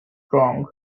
strong